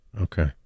Okay